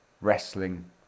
wrestling